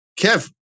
Kev